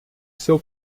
seu